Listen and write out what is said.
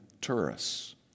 tourists